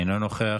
אינו נוכח,